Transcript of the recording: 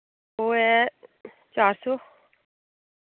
ओह् ऐ चार सौ